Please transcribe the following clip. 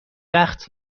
وقت